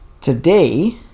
today